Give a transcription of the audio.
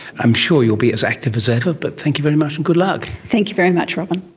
i'm sure you'll be as active as ever, but thank you very much and good luck. thank you very much robyn.